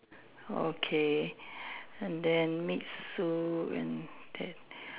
okay and then meet sue and ted